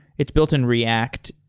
it's built in react,